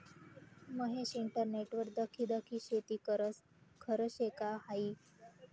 महेश इंटरनेटवर दखी दखी शेती करस? खरं शे का हायी